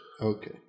okay